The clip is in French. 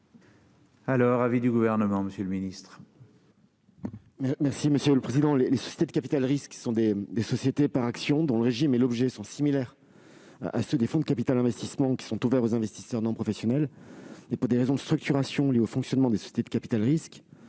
sur cet amendement. Quel est l'avis du Gouvernement ? Les sociétés de capital-risque sont des sociétés par actions dont le régime et l'objet sont similaires à ceux des fonds de capital-investissement qui sont ouverts aux investisseurs non professionnels. Pour des raisons de structuration liées au fonctionnement des sociétés de capital-risque,